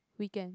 weekend